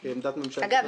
אגב,